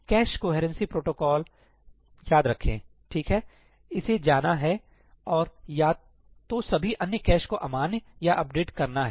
cash coherency protocol याद रखें ठीक है इसे जाना है और या तो सभी अन्य कैश को अमान्य या अपडेट करना है